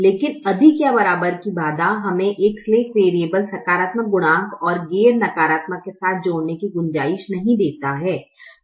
लेकिन अधिक या बराबर की बाधा हमें एक स्लैक वेरीयबल सकारात्मक गुणांक और गैर नकारात्मक के साथ जोड़ने की गुंजाइश नहीं देता है